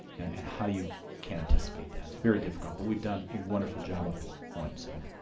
and how you can't anticipate that. it's very difficult, but we've done a wonderful job up to the point. so